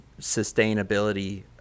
sustainability